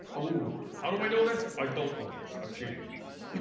oh, how do i know this? i don't know this, i'm cheating.